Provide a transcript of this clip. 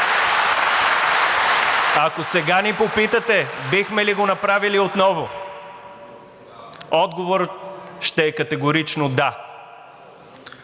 Ако сега ни попитате бихме ли го направили отново? Отговорът ще е категорично да.